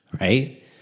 right